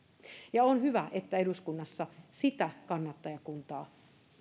ja on hyvä että eduskunnassa sitä kannattajakuntaa